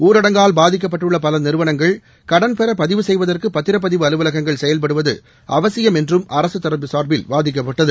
ஊரடங்கால் பாதிக்கப்பட்டுள்ள பல நிறுவனங்கள் கடன் பெற பதிவு செய்வதற்கு பத்திரப்பதிவு அலுவலகங்கள் செயல்படுவது அவசியம் என்றும் அரசு தரப்பு சா்பில் வாதிடப்பட்டது